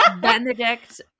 Benedict